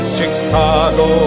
Chicago